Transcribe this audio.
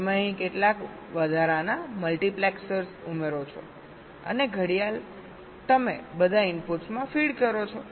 તમે અહીં કેટલાક વધારાના મલ્ટિપ્લેક્સર્સ ઉમેરો છો અને ઘડિયાળ તમે બધા ઇનપુટ્સમાં ફીડ કરો છો